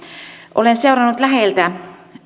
olen seurannut läheltä